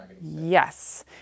yes